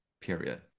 Period